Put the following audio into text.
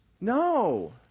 No